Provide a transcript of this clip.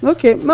Okay